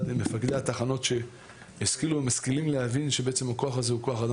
מפקדי התחנות שהשכילו ומשכילים להבין שבעצם הכוח הזה הוא כוח אדם